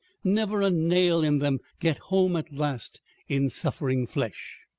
never a nail in them get home at last in suffering flesh.